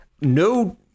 no